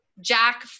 Jack